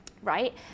Right